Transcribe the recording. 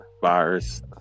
virus